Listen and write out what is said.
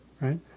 right